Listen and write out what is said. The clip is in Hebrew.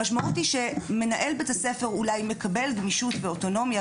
המשמעות היא שמנהל בית הספר אולי מקבל גמישות ואוטונומיה,